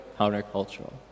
countercultural